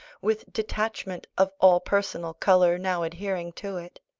with detachment of all personal colour now adhering to it.